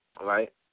right